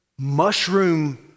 mushroom